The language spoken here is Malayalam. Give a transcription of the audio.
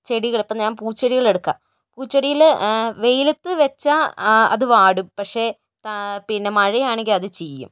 ചെടികൾ അപ്പോൾ ഞാന് പൂച്ചെടികളെടുക്കാം പൂച്ചെടിയിൽ വെയിലത്ത് വച്ചാൽ അത് വാടും പക്ഷെ പിന്നെ മഴ ആണെങ്കിൽ അത് ചീയും